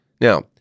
Now